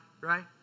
right